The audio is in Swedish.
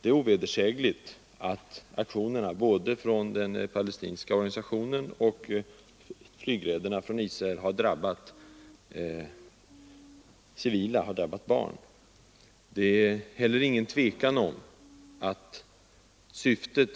Det är ovedersägligt att både aktionerna från den palestinska organisationen och flygräderna från Israel har drabbat civila, har drabbat barn. Det är heller ingen tvekan om att det syfte